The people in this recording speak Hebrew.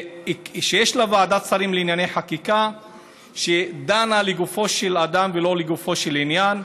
שיש לה ועדת שרים לענייני חקיקה שדנה לגופו של אדם ולא לגופו של עניין,